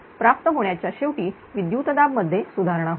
प्राप्त होण्याच्या शेवटी विद्युतदाब मध्ये सुधारणा होईल